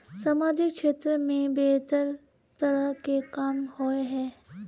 सामाजिक क्षेत्र में बेहतर तरह के काम होय है?